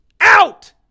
out